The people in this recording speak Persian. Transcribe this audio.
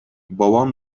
بابام